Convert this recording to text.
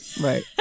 Right